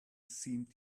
seemed